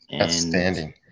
Outstanding